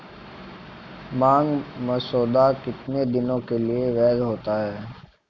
मांग मसौदा कितने दिनों के लिए वैध होता है?